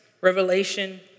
revelation